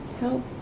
help